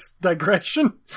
digression